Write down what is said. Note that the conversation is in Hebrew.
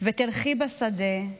ותלכי בשדה /